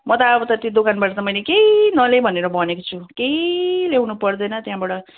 म त अब त त्यो दोकानबाट त मैले केही नलिइ भनेर भनेको छु केही ल्याउनु पर्दैन त्यहाँबाट